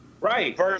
Right